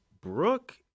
Brooke